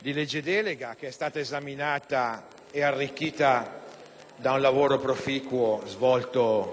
di legge delega, che è stata esaminata ed arricchita dal lavoro proficuo svolto